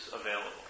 available